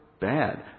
bad